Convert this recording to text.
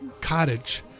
cottage